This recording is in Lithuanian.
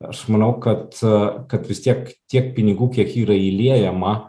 aš manau kad kad vis tiek tiek pinigų kiek yra įliejama